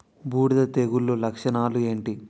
బూడిద తెగుల లక్షణాలు ఏంటి?